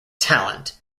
talent